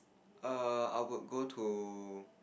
err I would go to